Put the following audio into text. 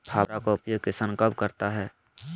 फावड़ा का उपयोग किसान कब करता है?